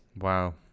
Wow